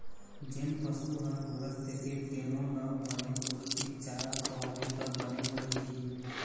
जेन पशु ह गोरस देथे तेनो ल बने पोस्टिक चारा खवाबे त बने गोरस दिही